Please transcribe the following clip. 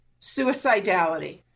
suicidality